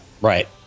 Right